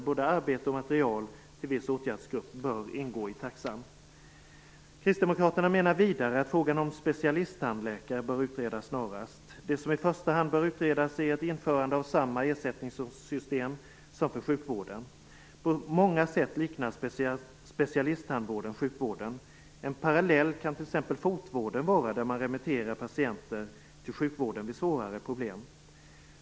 Både arbete och material till viss åtgärdsgrupp bör ingå i taxan. Kristdemokraterna menar vidare att frågan om specialisttandläkare bör utredas snarast. Det som i första hand bör utredas är ett införande av samma ersättningssystem som för sjukvården. På många sätt liknar specialisttandvården sjukvården. En parallell kan t.ex. fotvården vara, där man remitterar patienten till sjukvården vid svårare problem.